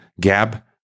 Gab